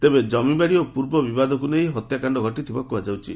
ତେବେ କମିବାଡି ଓ ପୂର୍ବ ବିବାଦକୁ ନେଇ ଏହି ହତ୍ୟାକାଣ୍ଡ ଘଟିଥିବା କୁହାଯାଉଛି